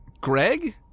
Greg